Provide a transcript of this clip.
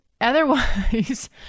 otherwise